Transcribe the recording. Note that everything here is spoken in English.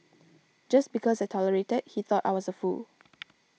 just because I tolerated he thought I was a fool